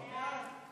סעיף 1